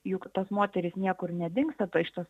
juk tos moterys niekur nedingsta iš tos